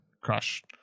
Crush